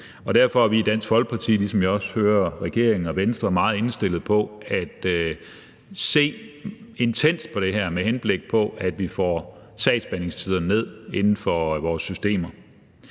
Derfor er vi i Dansk Folkeparti, ligesom jeg også hører regeringen og Venstre er, meget indstillede på at se intenst på det her, med henblik på at vi får sagsbehandlingstiderne i vores systemer